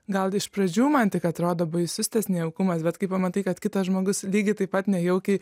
gal iš pradžių man tik atrodo baisus tas nejaukumas bet kai pamatai kad kitas žmogus lygiai taip pat nejaukiai